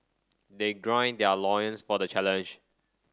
they gird their loins for the challenge